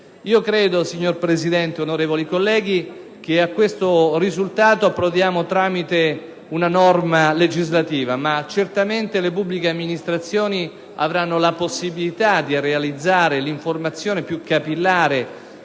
trasparente. Signor Presidente, onorevoli colleghi, a questo risultato approdiamo tramite una norma legislativa, ma certamente le pubbliche amministrazioni avranno la possibilità di realizzare l'informazione più capillare